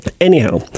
Anyhow